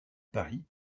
paris